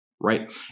right